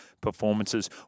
performances